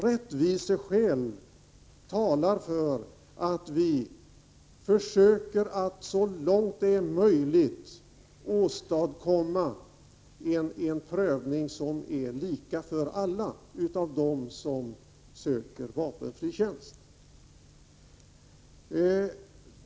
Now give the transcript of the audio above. Rättviseskäl talar för att vi försöker att så långt det är möjligt åstadkomma en prövning som är lika för alla som söker vapenfri tjänst.